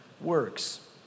works